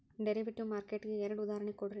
derivative market ಗೆ ಎರಡ್ ಉದಾಹರ್ಣಿ ಕೊಡ್ರಿ